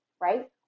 right